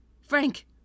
Frank